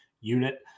unit